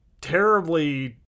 terribly